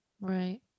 Right